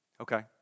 Okay